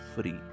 free